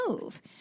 move